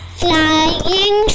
flying